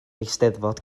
eisteddfod